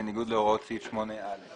בניגוד להוראות סעיף 8(א).